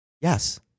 Yes